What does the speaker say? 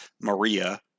Maria